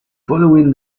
following